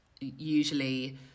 usually